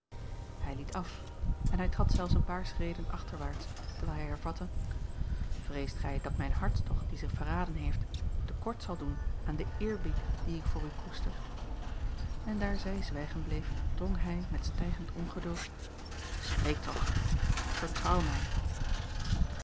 hij liet af en hij trad zelfs een paar schreden achterwaarts terwijl hij hervatte vreest gij dat mijn hartstocht die zich verraden heeft te kort zal doen aan den eerbied dien ik voor u koester en daar zij zwijgen bleef drong hij met stijgend ongeduld spreek toch vertrouw mij